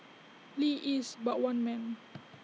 lee is but one man